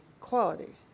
quality